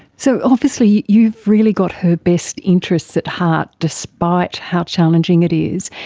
so obviously you've really got her best interests at heart, despite how challenging it is,